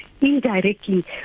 indirectly